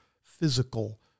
physical